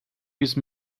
use